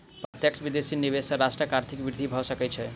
प्रत्यक्ष विदेशी निवेश सॅ राष्ट्रक आर्थिक वृद्धि भ सकै छै